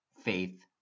faith